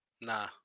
Nah